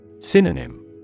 Synonym